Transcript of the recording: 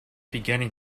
beginning